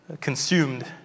consumed